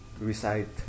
recite